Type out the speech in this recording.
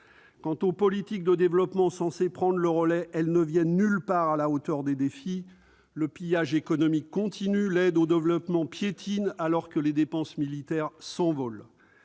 Quant aux politiques de développement censées prendre le relais, elles ne sont nulle part à la hauteur des défis. Le pillage économique continue. L'aide au développement piétine, alors que les dépenses militaires s'envolent.